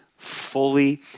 fully